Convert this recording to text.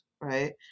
right